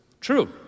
True